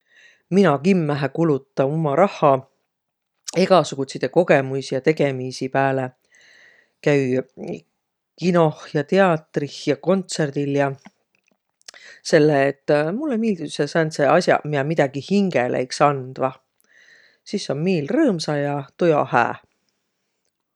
Mina kimmähe kuluta umma rahha egäsugutsidõ kogõmuisi ja tegemiisi pääle. Käü kinoh ja tiatrih ja kontsõrdil ja. Selle et mullõ miildüseq sääntseq as'aq, miä midägi hingele iks andvaq. Sis om miil rõõmsa ja tujo hää.